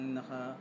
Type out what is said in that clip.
naka